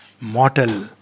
mortal